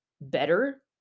better